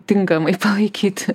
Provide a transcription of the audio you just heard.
tinkamai palaikyti